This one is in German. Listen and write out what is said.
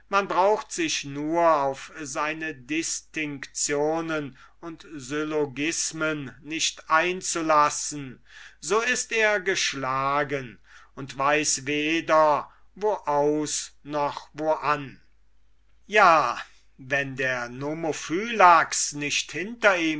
man braucht nur sich auf seine distinctionen und syllogismen nicht einzulassen so ist er geschlagen und weiß weder wo aus noch wo ein ja wenn der nomophylax nicht hinter ihm